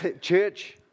church